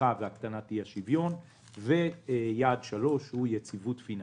בצמיחה והקטנת אי השוויון ויעד שלישי הוא יציבות פיננסית.